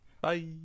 Bye